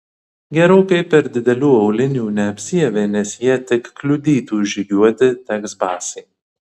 gerokai per didelių aulinių neapsiavė nes jie tik kliudytų žygiuoti teks basai